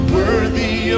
worthy